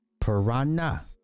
piranha